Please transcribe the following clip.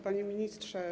Panie Ministrze!